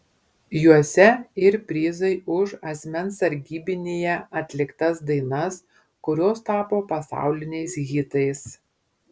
juose ir prizai už asmens sargybinyje atliktas dainas kurios tapo pasauliniais hitais